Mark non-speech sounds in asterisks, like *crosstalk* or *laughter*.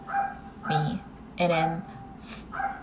me and then *noise*